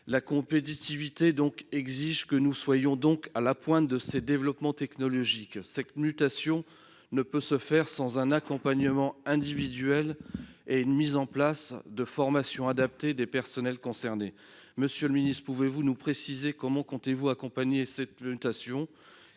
de compétitivité nous impose d'être à la pointe des développements technologiques. Cette mutation ne peut se faire sans un accompagnement individuel et la mise en place de formations adaptées pour les personnels concernés. Monsieur le ministre, comment le Gouvernement compte-t-il accompagner cette mutation ?